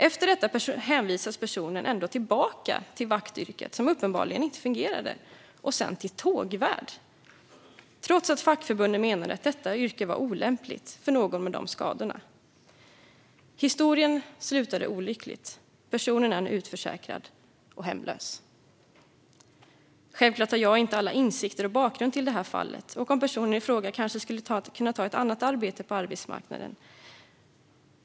Efter detta hänvisades personen tillbaka till vaktyrket, som uppenbarligen inte fungerade, och sedan till arbete som tågvärd, trots att fackförbundet menade att detta yrke var olämpligt för någon med dessa skador. Historien slutade olyckligt. Personen är nu utförsäkrad och hemlös. Självklart har jag inte alla insikter och hela bakgrunden till detta fall och om personen i fråga kanske hade kunnat ta ett annat arbete på arbetsmarknaden.